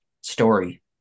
story